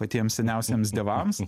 patiems seniausiems dievams